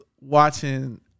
watching